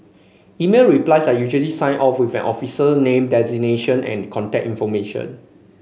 email replies are usually signed off with an officer name designation and contact information